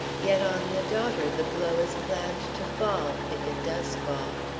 yet on the daughter the blow is planned to fall if it does fall.